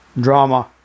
Drama